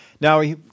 Now